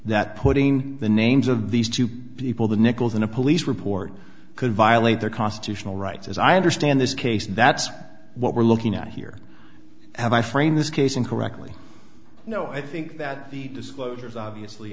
that putting the names of these two people that nichols in a police report could violate their constitutional rights as i understand this case and that's what we're looking at here and i framed this case incorrectly you know i think that the disclosure is obviously